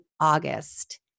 August